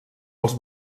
els